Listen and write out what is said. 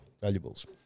valuables